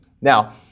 Now